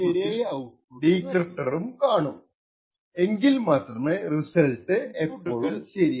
encryptor ഉണ്ടെങ്കിൽ ഔട്പുട്ടിൽ ഡീക്രിപ്റ്ററും ഉണ്ടാകണം റിസൾട്ട് എപ്പോളും ശരിയായിരിക്കാൻ